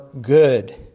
good